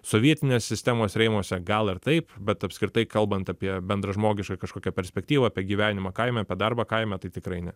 sovietinės sistemos rėmuose gal ir taip bet apskritai kalbant apie bendražmogišką kažkokią perspektyvą apie gyvenimą kaime apie darbą kaime tai tikrai ne